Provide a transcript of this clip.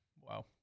wow